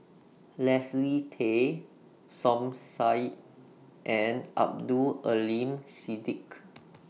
Leslie Tay Som Said and Abdul Aleem Siddique